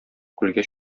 күлгә